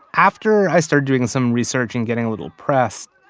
after i started doing some research and getting a little pressed,